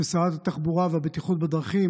ששרת התחבורה והבטיחות בדרכים,